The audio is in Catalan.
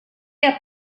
havia